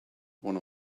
one